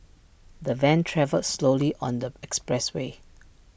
the van travelled slowly on the expressway